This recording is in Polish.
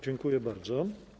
Dziękuję bardzo.